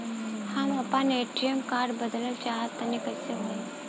हम आपन ATM card बदलल चाह तनि कइसे होई?